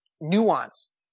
nuance